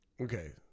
Okay